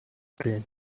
train